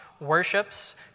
worships